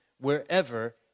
wherever